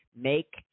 make